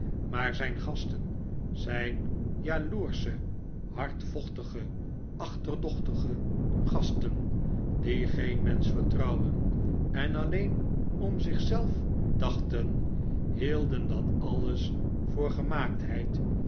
maar zijn gasten zijn jaloersche hardvochtige achterdochtige gasten die geen mensch vertrouwden en alleen om zich zelf dachten hielden dat alles voor